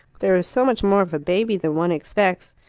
there is so much more of a baby than one expects.